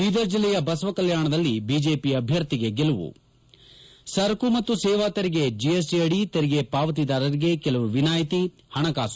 ಬೀದರ್ ಜಿಲ್ಲೆಯ ಬಸವ ಕಲ್ಲಾಣದಲ್ಲಿ ಬಿಜೆಪಿ ಅಭ್ಯರ್ಥಿಗೆ ಗೆಲುವು ಸರಕು ಮತ್ತು ಸೇವಾ ತೆರಿಗೆ ಜೆಎಸ್ಟ ಅಡಿ ತೆರಿಗೆ ಪಾವತಿದಾರರಿಗೆ ಕೆಲವು ವಿನಾಯಿತಿ ಹಣಕಾಸು